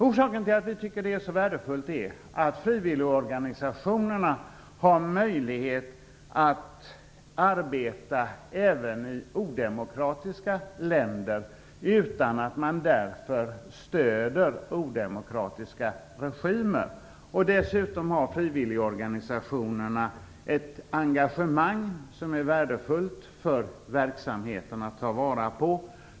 Orsaken till att vi tycker att det är så värdefullt är att frivilligorganisationerna har möjlighet att arbeta även i odemokratiska länder utan att man därför stöder odemokratiska regimer. Dessutom har frivilligorganisationerna ett engagemang som är värdefullt för verksamheten att ta vara på.